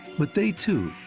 but they, too,